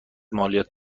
مالیات